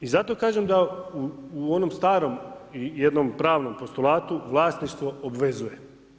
I zato kažem da u onom starom, jednom pravnom postolatu vlasništvo obvezuje.